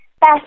best